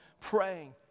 praying